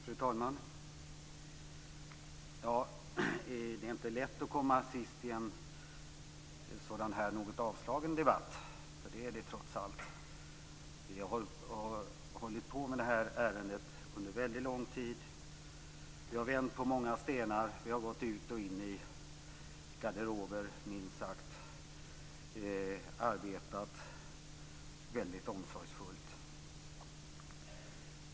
Fru talman! Det är inte lätt att komma sist i en sådan här något avslagen debatt - för det är den trots allt. Vi har hållit på med det här ärendet under väldigt lång tid. Vi har vänt på många stenar och vi har gått ut och in i garderober. Vi har minst sagt arbetat väldigt omsorgsfullt.